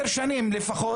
עשר שנים לפחות,